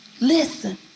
Listen